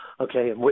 Okay